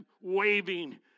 waving